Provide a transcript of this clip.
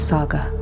Saga